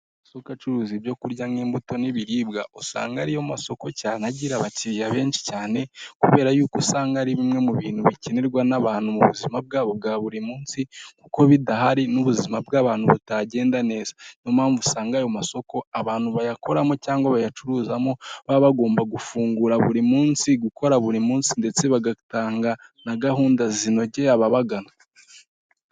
Amasoko acuruza ibyo kurya nk'imbuto n'ibiribwa usanga ariyo masoko cyane agira abakiriya benshi cyane kubera yuko usanga ari bimwe mu bintu bikenerwa n'abantu mu buzima bwabo bwa buri munsi kuko bidahari n'ubuzima bw'abantu batagenda neza niyo mpamvu usanga ayo masoko abantu bayakoramo cyangwa bayacuruzamo baba bagomba gufungura buri munsi gukora buri munsi ndetse bagatanga na gahunda zinogeye ababagana